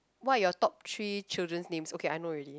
what your top three children name okay I know already